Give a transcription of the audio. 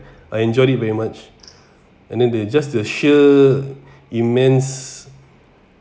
I enjoyed it very much and then they just a sheer immense